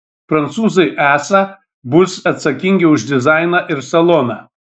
prancūzai esą bus atsakingi už dizainą ir saloną